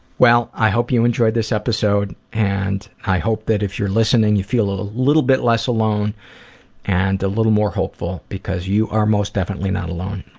i hope you enjoyed this episode. and i hope that if you're listening, you feel a little bit less alone and a little more hopeful because you are most definitely not alone.